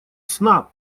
сна